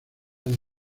del